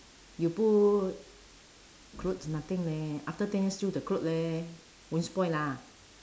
you put clothes nothing leh after ten years still the clothes leh won't spoil lah